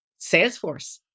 Salesforce